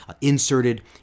inserted